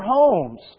homes